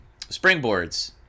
springboards